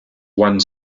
one